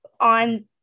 on